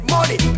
Money